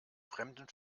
fremden